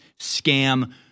scam